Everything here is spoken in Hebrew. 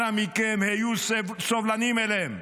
אנא מכם, היו סובלניים אליהם.